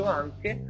anche